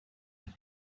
for